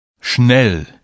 Schnell